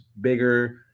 bigger